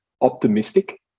optimistic